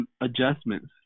adjustments